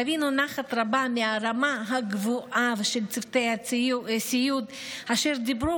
חווינו נחת רבה מהרמה הגבוהה של צוותי הסיעוד אשר דיברו